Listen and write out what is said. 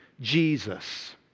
Jesus